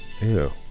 Ew